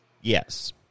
Yes